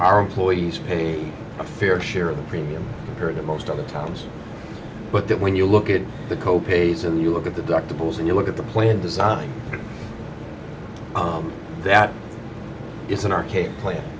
our employees paid a fair share of the premium for the most of the times but that when you look at the co pays and you look at the doctor bills and you look at the plan design that it's an archaic plan